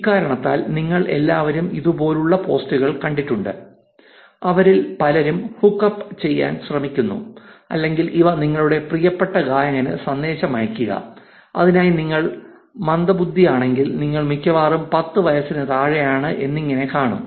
ഇക്കാരണത്താൽ നിങ്ങൾ എല്ലാവരും ഇതുപോലുള്ള പോസ്റ്റുകൾ കണ്ടിട്ടുണ്ട് അവരിൽ പലരും ഹുക്ക് അപ്പ് ചെയ്യാൻ ശ്രമിക്കുന്നു അല്ലെങ്കിൽ ഇവ നിങ്ങളുടെ പ്രിയപ്പെട്ട ഗായകന് സന്ദേശമയയ്ക്കുക അതിനായി നിങ്ങൾ മന്ദബുദ്ധിയാണെങ്കിൽ നിങ്ങൾ മിക്കവാറും 10 വയസ്സിന് താഴെയാണ് എന്നിങ്ങനെ കാണും